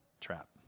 trap